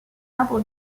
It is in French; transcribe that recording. arbre